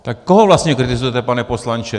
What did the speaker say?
Tak koho vlastně kritizujete, pane poslanče?